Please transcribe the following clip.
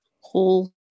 whole